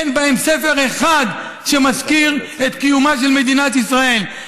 אין בהם ספר אחד שמזכיר את קיומה של מדינת ישראל.